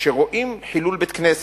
כשרואים חילול בית-כנסת,